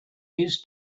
his